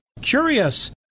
curious